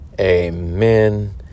Amen